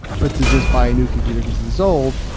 but to just buy a new computer because it's old,